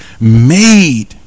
made